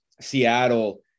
Seattle